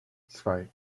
zwei